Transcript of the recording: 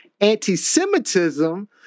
anti-Semitism